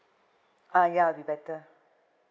uh ya be better